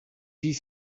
fire